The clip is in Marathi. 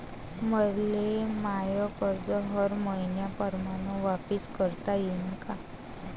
मले माय कर्ज हर मईन्याप्रमाणं वापिस करता येईन का?